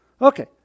Okay